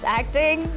acting